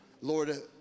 Lord